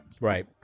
Right